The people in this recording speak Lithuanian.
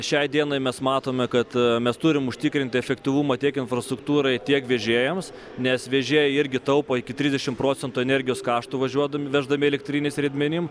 šiai dienai mes matome kad mes turim užtikrinti efektyvumą tiek infrastruktūrai tiek vežėjams nes vežėjai irgi taupo iki trisdešim procentų energijos kaštų važiuodami veždami elektriniais riedmenim